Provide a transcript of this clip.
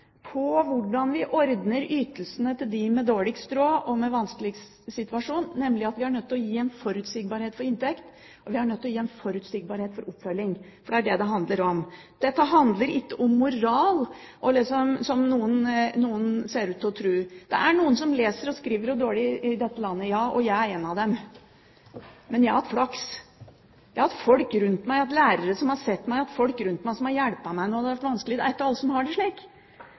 hvordan vi skal ordne ytelsene for dem som har dårligst råd, og som er i den vanskeligste situasjonen, nemlig at vi er nødt til å gi en forutsigbarhet for inntekt, og vi er nødt til å gi en forutsigbarhet for oppfølging. Det er dette det handler om. Det handler ikke om moral, som noen ser ut til å tro. Det er noen som leser og skriver dårlig i dette landet – og jeg er en av dem. Men jeg har hatt flaks. Jeg har hatt folk rundt meg. Jeg har hatt lærere som har sett meg, og jeg har hatt folk rundt meg som har hjulpet meg når det har vært vanskelig. Det er ikke alle som har